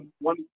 one